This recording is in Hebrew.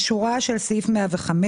בשורה של סעיף 105,